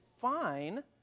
fine